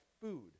food